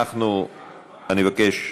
אני מבקש,